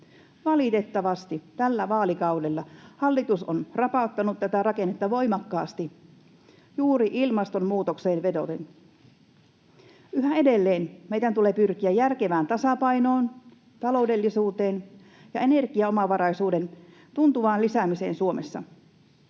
Valitettavasti tällä vaalikaudella hallitus on rapauttanut tätä rakennetta voimakkaasti juuri ilmastonmuutokseen vedoten. Yhä edelleen meidän tulee pyrkiä järkevään tasapainoon, taloudellisuuteen ja energiaomavaraisuuden tuntuvaan lisäämiseen Suomessa.